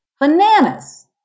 bananas